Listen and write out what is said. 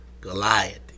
Goliath